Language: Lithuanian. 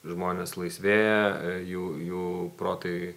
žmonės laisvėja jų jų protai